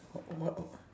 w~ what